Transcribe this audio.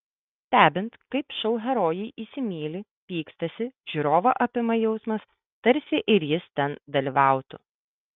stebint kaip šou herojai įsimyli pykstasi žiūrovą apima jausmas tarsi ir jis ten dalyvautų